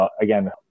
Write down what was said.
again